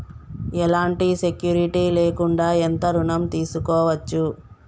ఎలాంటి సెక్యూరిటీ లేకుండా ఎంత ఋణం తీసుకోవచ్చు?